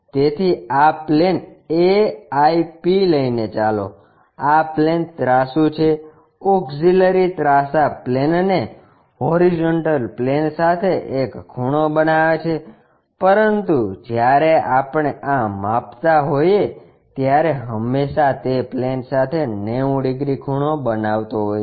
તેથી આ plane AIP લઇને ચાલો આ પ્લેન ત્રાસુ છે ઓક્ષીલરી ત્રાંસા પ્લેનને હોરીઝોન્ટલ પ્લેન સાથે એક ખૂણો બનાવે છે પરંતુ જ્યારે આપણે આ માપતા હોઈએ ત્યારે હંમેશા તે પ્લેન સાથે 90 ડિગ્રી ખૂણો બનાવતો હોય છે